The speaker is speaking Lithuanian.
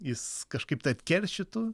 jis kažkaip tai atkeršytų